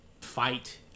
fight